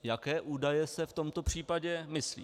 Jaké údaje se v tomto případě myslí?